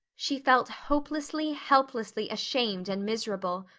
she felt hopelessly, helplessly ashamed and miserable.